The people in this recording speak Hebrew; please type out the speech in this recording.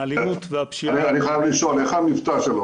אני חייב לשאול איך המבטא שלו?